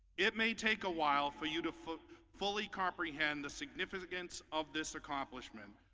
it may take a while for you to fully fully comprehend the significance of this accomplishment.